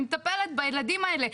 אני מטפלת בילדים האלה,